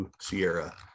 Sierra